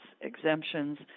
exemptions